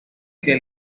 que